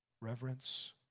reverence